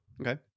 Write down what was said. Okay